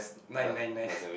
nine nine nine